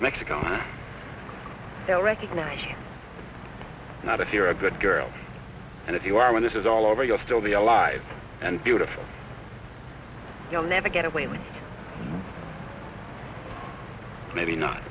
mexico and recognized that if you're a good girl and if you are one this is all over you'll still be alive and beautiful you'll never get away with maybe not